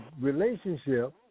relationship